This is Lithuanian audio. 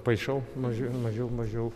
paišau mažiau mažiau mažiau